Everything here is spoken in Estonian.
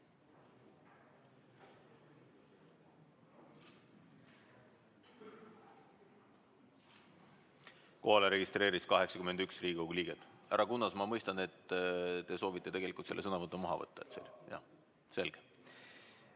registreerus 81 Riigikogu liiget. Härra Kunnas, ma mõistan, et te soovite tegelikult selle sõnavõtu maha võtta, eks